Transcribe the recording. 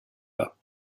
pas